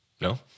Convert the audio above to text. No